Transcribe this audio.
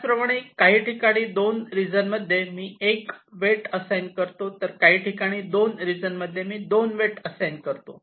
त्याचप्रमाणे काही ठिकाणी 2 रिजन मध्ये मी 1 वेट असाइन करतो तर काही ठिकाणी 2 रिजन मध्ये मी 2 वेट असाइन करतो